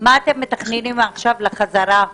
לחזרה לשגרה,